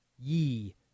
Ye